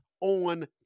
on